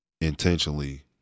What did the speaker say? intentionally